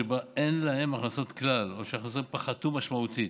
שבה אין להם הכנסות כלל או שהכנסותיהם פחתו משמעותית,